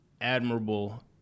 admirable